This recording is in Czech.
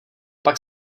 pak